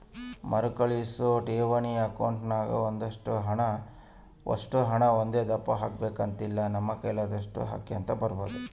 ಮರುಕಳಿಸೋ ಠೇವಣಿ ಅಕೌಂಟ್ನಾಗ ಒಷ್ಟು ಹಣ ಒಂದೇದಪ್ಪ ಹಾಕ್ಬಕು ಅಂತಿಲ್ಲ, ನಮ್ ಕೈಲಾದೋಟು ಹಾಕ್ಯಂತ ಇರ್ಬೋದು